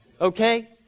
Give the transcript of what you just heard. Okay